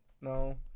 No